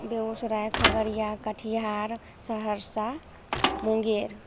Begusarai Khagaria Katihar Saharsa Munger